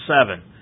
seven